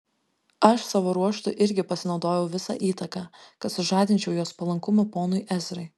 aš savo ruožtu irgi pasinaudojau visa įtaka kad sužadinčiau jos palankumą ponui ezrai